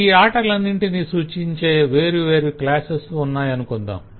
ఈ ఆటలన్నింటిని సూచించే వేరువేరు క్లాసెస్ ఉన్నాయనుకుందాం